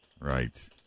Right